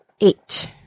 eight